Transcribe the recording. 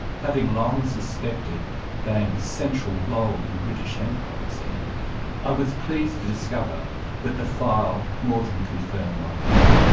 having long suspected banks' central role in british hemp policy i was pleased to discover that the file more than confirmed my view.